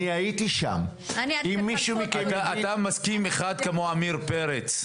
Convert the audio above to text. אתה מסכים שאחד כמו עמיר פרץ.